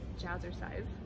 jazzercise